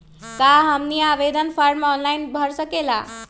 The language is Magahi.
क्या हमनी आवेदन फॉर्म ऑनलाइन भर सकेला?